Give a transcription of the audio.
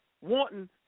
wanting